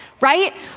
right